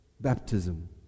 baptism